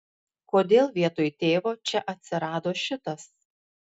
kodėl vietoj tėvo čia atsirado šitas